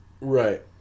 Right